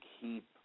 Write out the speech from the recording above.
keep